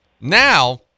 Now